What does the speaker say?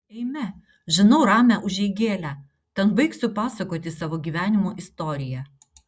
eime žinau ramią užeigėlę ten baigsiu pasakoti savo gyvenimo istoriją